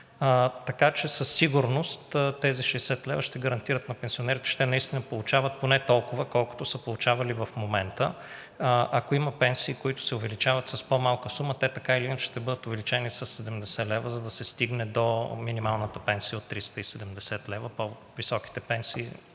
Така че със сигурност тези 60 лв. ще гарантират на пенсионерите, че те наистина получават толкова, колкото са получавали и в момента. Ако има пенсии, които се увеличават с по-малка сума, те, така или иначе, ще бъдат увеличени със 70 лв., за да се стигне до минималната пенсия от 370 лв. – по-високите пенсии,